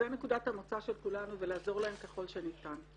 זו נקודת המוצא של כולנו, ולעזור להם ככל שניתן.